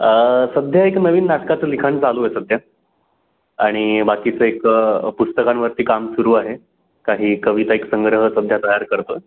सध्या एक नवीन नाटकाचं लिखाण चालू आहे सध्या आणि बाकीचं एक पुस्तकांवरती काम सुरू आहे काही कविता एक संग्रह सध्या तयार करतो आहे